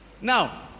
Now